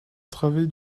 travée